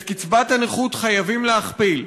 את קצבת הנכים חייבים להכפיל.